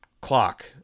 clock